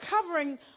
covering